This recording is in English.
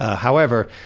however,